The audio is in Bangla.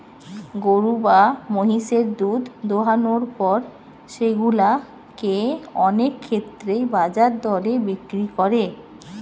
গরু বা মহিষের দুধ দোহানোর পর সেগুলা কে অনেক ক্ষেত্রেই বাজার দরে বিক্রি করে